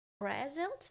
present